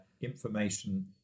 information